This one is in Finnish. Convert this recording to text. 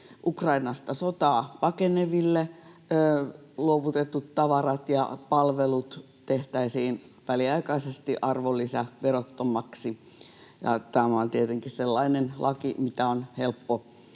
Ukrainasta sotaa pakeneville luovutetut tavarat ja palvelut tehtäisiin väliaikaisesti arvonlisäverottomaksi, ja tämä on tietenkin sellainen laki, mitä on helppo